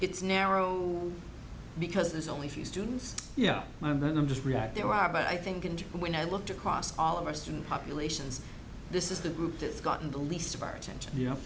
it's narrow because there's only few students yeah and then i'm just react there are but i think and when i looked across all of our student populations this is the group has gotten the least of our attention you know